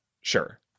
sure